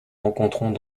rencontrons